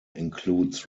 includes